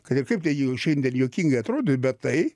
kad ir kaip tai šiandien juokingai atrodo bet tai